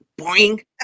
boing